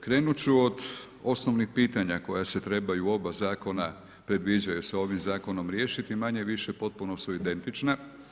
Krenut ću od osnovnih pitanja koja se treba u oba zakona, predviđaju se ovim zakonom riješiti, manje-više u potpuno su identična.